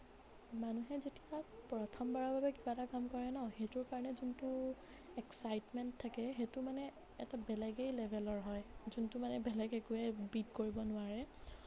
মানুহে যেতিয়া প্ৰথমবাৰৰ বাবে কিবা এটা কাম কৰে ন সেইটোৰ কাৰণে যোনটো এক্সাইটমেণ্ট থাকে সেইটো মানে এটা বেলেগেই লেভেলৰ হয় যোনটো মানে বেলেগ একোয়েই বিট কৰিব নোৱাৰে